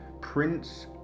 Prince